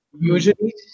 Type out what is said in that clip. usually